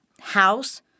house